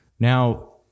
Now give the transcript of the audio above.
Now